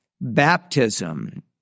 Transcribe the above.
baptism